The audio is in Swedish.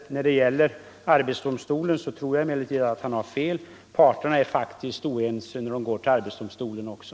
När det gäller arbetsdomstolen tror jag emellertid att han har fel. Parterna är faktiskt oense då de går till arbetsdomstolen också.